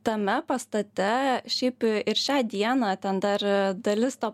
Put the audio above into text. tame pastate šiaip ir šią dieną ten dar dalis to